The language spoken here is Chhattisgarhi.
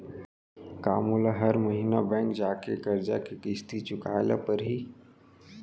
का मोला हर महीना बैंक जाके करजा के किस्ती चुकाए ल परहि?